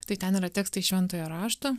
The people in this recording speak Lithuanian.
tai ten yra tekstai šventojo rašto